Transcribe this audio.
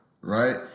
right